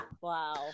Wow